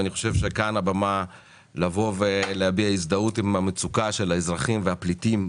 ואני חושב שכאן הבמה לבוא ולהביע הזדהות עם המצוקה של האזרחים והפליטים,